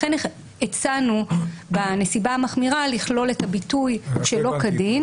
לכן הצענו בנסיבה המחמירה לכלול את הביטוי "שלא כדין".